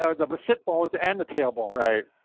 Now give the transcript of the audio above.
ah the but sit bones and the tail bone. right.